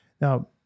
Now